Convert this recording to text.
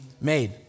made